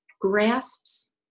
grasps